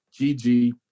GG